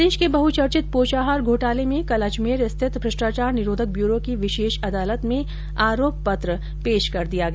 प्रदेश के बहुचर्चित पोषाहार घोटाले में कल अजमेर स्थित भ्रष्टाचार निरोधक ब्यूरो की विशेष अदालत में आरोप पत्र पेश कर दिया गया